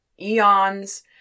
eons